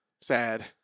Sad